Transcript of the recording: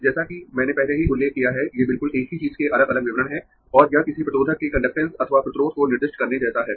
जैसा कि मैंने पहले ही उल्लेख किया है ये बिल्कुल एक ही चीज़ के अलग अलग विवरण है और यह किसी प्रतिरोधक के कंडक्टेन्स अथवा प्रतिरोध को निर्दिष्ट करने जैसा है